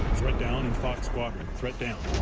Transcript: threat down in fox squadron. threat down.